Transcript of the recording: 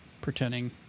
pretending